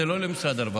זה לא למשרד הרווחה,